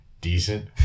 decent